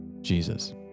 Jesus